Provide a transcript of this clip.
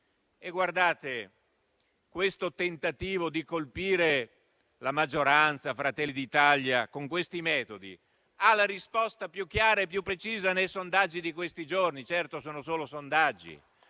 PD. Tale tentativo di colpire la maggioranza, il Gruppo Fratelli d'Italia, con questi metodi ha la risposta più chiara e più precisa nei sondaggi di questi giorni. Certo, sono solo sondaggi,